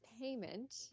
payment